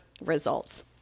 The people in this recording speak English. results